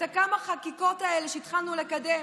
את הכמה-חקיקות האלה שהתחלנו לקדם,